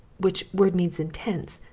which word means intense.